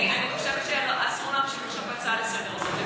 אני חושבת שאסור להמשיך עכשיו בהצעה לסדר-היום הזאת.